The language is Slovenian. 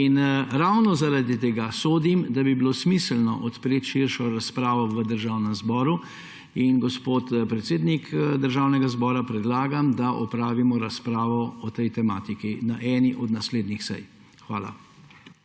Ravno zaradi tega sodim, da bi bilo smiselno odpreti širšo razpravo v Državnem zboru in, gospod predsednik Državnega zbora, predlagam, da opravimo razpravo o tej tematiki na eni od naslednjih sej. Hvala.